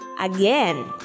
Again